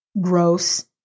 gross